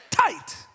Tight